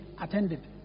attended